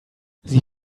sie